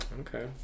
okay